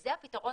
היה התאמה